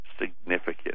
significant